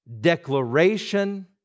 declaration